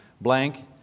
blank